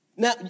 Now